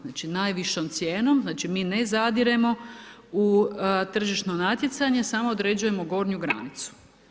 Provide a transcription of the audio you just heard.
Znači najvišom cijenom, znači mi ne zadiremo u tržišno natjecanje samo određujemo gornju granicu.